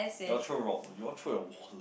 y'all throw your y'all throw your wallets